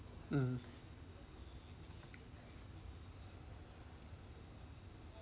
mm